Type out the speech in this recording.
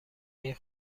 این